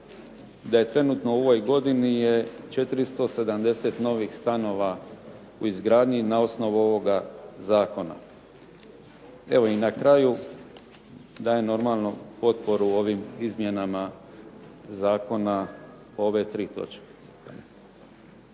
da je trenutno u ovoj godini je 470 novih stanova u izgradnji na osnovu ovoga zakona. Evo i na kraju dajem normalno potporu ovim izmjenama zakona o ove tri točke.